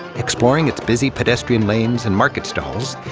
exploring its busy pedestrian lanes and market stalls,